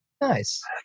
Nice